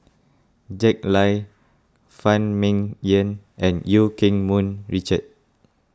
Jack Lai Phan Ming Yen and Eu Keng Mun Richard